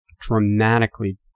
dramatically